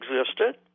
existed